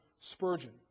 Spurgeon